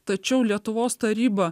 tačiau lietuvos taryba